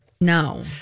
No